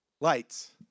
lights